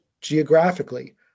geographically